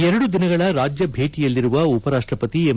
ಎರಡು ದಿನಗಳ ರಾಜ್ಯ ಭೇಟಿಯಲ್ಲಿರುವ ಉಪರಾಷ್ಟಪತಿ ಎಂ